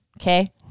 Okay